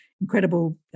incredible